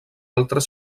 altres